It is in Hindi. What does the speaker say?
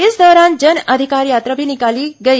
इस दौरान जन अधिकार यात्रा भी निकाली गई